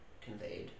conveyed